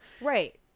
right